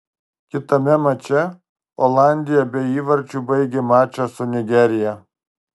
kitame mače olandija be įvarčių baigė mačą su nigerija